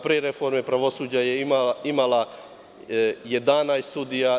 Pre reforme pravosuđa je imala 11 sudija.